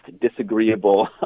disagreeable